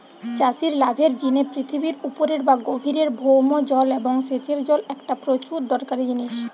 চাষির লাভের জিনে পৃথিবীর উপরের বা গভীরের ভৌম জল এবং সেচের জল একটা প্রচুর দরকারি জিনিস